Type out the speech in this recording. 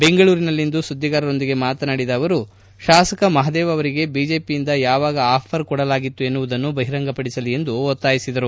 ಬೆಂಗಳೂರಿನಲ್ಲಿಂದು ಸುದ್ದಿಗಾರರೊಂದಿಗೆ ಮಾತನಾಡಿದ ಅವರು ಶಾಸಕ ಮಹಾದೇವ್ ಅವರಿಗೆ ಬಿಜೆಪಿಯಿಂದ ಯಾವಾಗ ಆಫರ್ ಕೊಟ್ಟಿದ್ದರು ಎನ್ನುವುದನ್ನು ಬಹಿರಂಗಪಡಿಸಲಿ ಎಂದು ಒತ್ತಾಯಿಸಿದರು